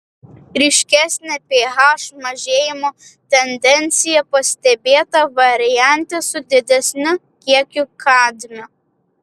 ryškesnė ph mažėjimo tendencija pastebėta variante su didesniu kiekiu kadmio